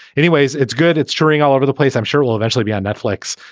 anyways it's good it's touring all over the place i'm sure it will eventually be on netflix.